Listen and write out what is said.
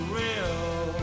real